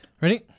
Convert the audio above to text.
Ready